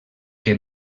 que